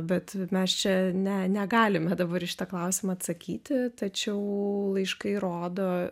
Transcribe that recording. bet mes čia ne negalime dabar į šitą klausimą atsakyti tačiau laiškai rodo